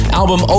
album